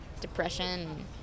depression